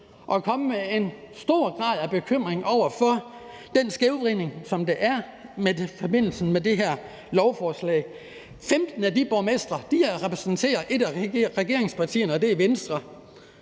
og udtrykt en stor grad af bekymring for den skævvridning, som der er i forbindelse med det her lovforslag. 15 af de borgmestre repræsenterer et af regeringspartierne, og det er Venstre.